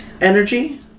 energy